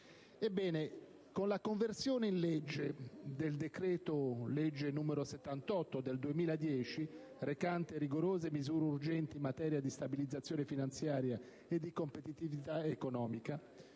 Ebbene, con la conversione in legge del decreto-legge n. 78 del 2010, recante rigorose «Misure urgenti in materia di stabilizzazione finanziaria e di competitività economica»